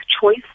choice